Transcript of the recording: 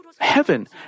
heaven